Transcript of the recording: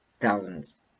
thousands